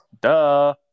Duh